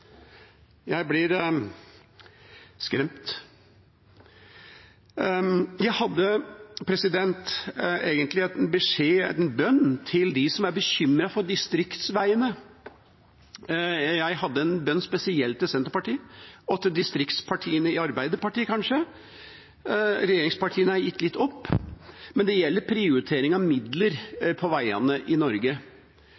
Jeg blir skremt. Jeg hadde egentlig en beskjed, en bønn til dem som er bekymret for distriktsveiene. Jeg hadde en bønn spesielt til Senterpartiet og kanskje distriktsdelen av Arbeiderpartiet. Regjeringspartiene har jeg gitt litt opp, men det gjelder prioritering av midler